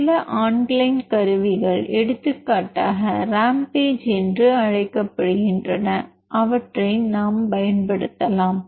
சில ஆன்லைன் கருவிகள் எடுத்துக்காட்டாக ரேம்பேஜ் என்று அழைக்கப்படுகின்றன அவற்றை நாம் பயன்படுத்தலாம்